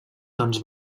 tons